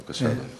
בבקשה, אדוני.